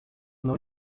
não